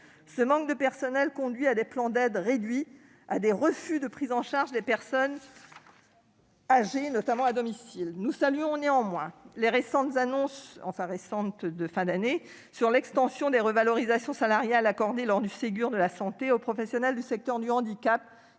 Ce manque de personnel aboutit à des plans d'aide réduits et à des refus de prise en charge de personnes âgées, notamment à domicile. Nous saluons néanmoins les annonces faites en cette fin d'année, qui visent à étendre les revalorisations salariales accordées lors du Ségur de la santé aux professionnels du secteur du handicap,